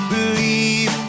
believe